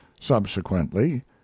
subsequently